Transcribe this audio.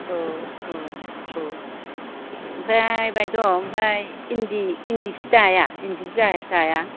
औ औ औ ओमफ्राय बायद' ओमफ्राय इन्दि सि दाया इन्दि सि दाया